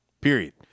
period